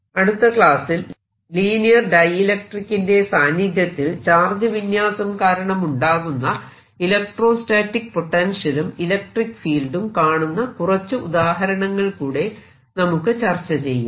അടുത്ത ക്ലാസ്സിൽ ലീനിയർ ഡൈഇലക്ട്രിക്കിന്റെ സാന്നിധ്യത്തിൽ ചാർജ് വിന്യാസം കാരണമുണ്ടാകുന്ന ഇലക്ട്രോസ്റ്റാറ്റിക് പൊട്ടൻഷ്യലും ഇലക്ട്രിക്ക് ഫീൽഡും കാണുന്ന കുറച്ചു ഉദാഹരണങ്ങൾ കൂടെ നമുക്ക് ചർച്ച ചെയ്യാം